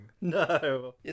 No